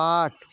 आठ